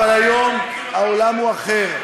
אבל היום העולם הוא אחר,